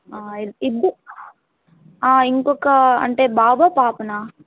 ఇద్దరు ఇంకొక అంటే బాబా పాపనా